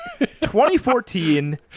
2014